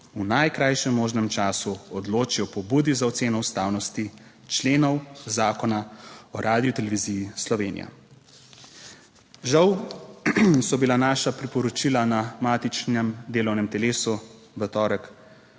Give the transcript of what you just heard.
v najkrajšem možnem času odloči o pobudi za oceno ustavnosti členov Zakona o Radioteleviziji Slovenija. Žal so bila naša priporočila na matičnem delovnem telesu v torek